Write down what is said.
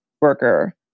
worker